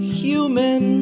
human